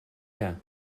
air